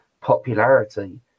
popularity